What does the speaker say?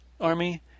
army